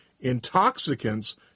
intoxicants